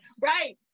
right